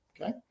okay